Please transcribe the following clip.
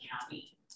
county